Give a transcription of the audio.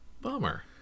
Bummer